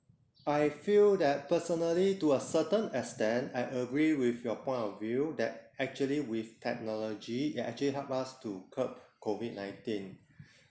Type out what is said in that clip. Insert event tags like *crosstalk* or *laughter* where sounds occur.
I feel that personally to a certain extent I agree with your point of view that actually with technology it actually help us to curb COVID nineteen *breath*